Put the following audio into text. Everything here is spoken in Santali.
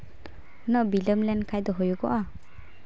ᱩᱱᱟᱹᱜ ᱵᱤᱞᱚᱢ ᱞᱮᱱᱠᱷᱟᱡ ᱫᱚ ᱦᱩᱭᱩᱜᱚᱜᱼᱟ